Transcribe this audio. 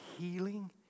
healing